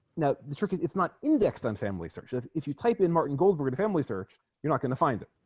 now the trick is it's not indexed on family search if if you type in martin goldberg and family search you're not gonna find it